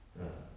ah